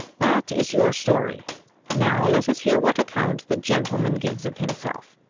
that is your story now let us hear what account the gentleman gives of himself.